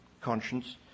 conscience